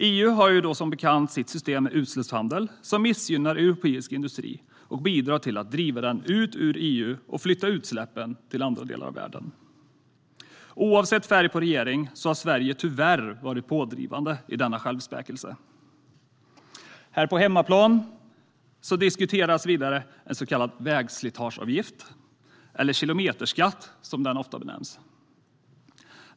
EU har som bekant sitt system med utsläppshandel, som missgynnar europeisk industri och bidrar till att driva ut den ur EU och flytta utsläppen till andra delar av världen. Oavsett färg på regering har Sverige tyvärr varit pådrivande i denna självspäkning. På hemmaplan diskuteras vidare en så kallad vägslitageavgift eller kilometerskatt, som den ofta benämns.